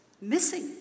missing